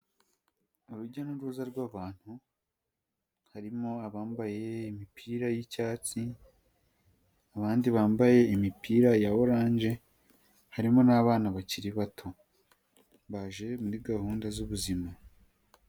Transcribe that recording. Urujya n'uruza rw'abantu harimo abambaye imipira y'icyatsi abandi bambaye imipira ya oranje harimo n'abana bakiri bato, baje muri gahunda z'ubuzima.